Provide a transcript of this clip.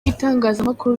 itangazamakuru